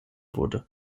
wurde